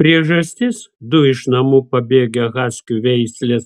priežastis du iš namų pabėgę haskių veislė